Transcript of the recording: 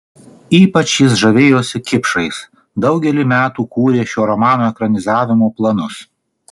ypač jis žavėjosi kipšais daugelį metų kūrė šio romano ekranizavimo planus